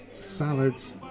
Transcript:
salads